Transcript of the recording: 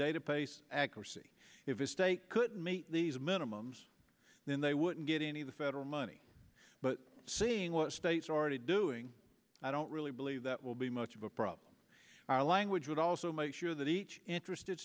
database accuracy if the state could meet these minimums then they wouldn't get any of the federal money but seeing what states are already doing i don't really believe that will be much of a problem our language would also make sure that each interested